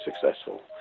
successful